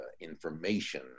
information